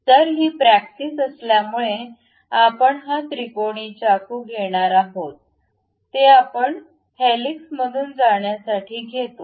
तर ही प्रॅक्टिस असल्यामुळे आपण हा त्रिकोणी चाकू घेणार आहोत ते आपण हेलिक्समधून जाण्यासाठी घेतो